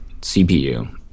CPU